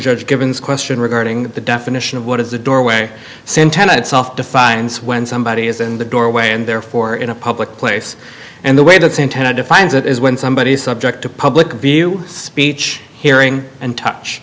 judge givens question regarding the def mission of what is the doorway santana itself defines when somebody is in the doorway and therefore in a public place and the way that's intended defines it is when somebody is subject to public view speech hearing and touch